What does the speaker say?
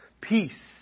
Peace